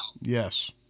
yes